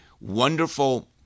wonderful